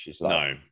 No